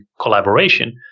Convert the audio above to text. collaboration